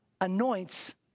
anoints